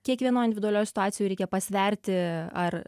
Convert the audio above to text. kiekvienoj individualioj situacijoj reikia pasverti ar